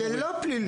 כי זה לא פלילי.